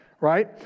Right